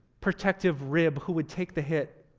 protective rib who would take the hit